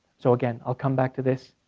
so again, i'll come back to this.